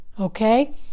Okay